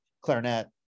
clarinet